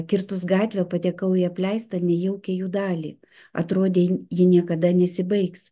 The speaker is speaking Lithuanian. kirtus gatvę patekau į apleistą nejaukią jų dalį atrodė jin ji niekada nesibaigs